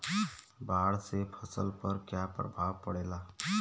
बाढ़ से फसल पर क्या प्रभाव पड़ेला?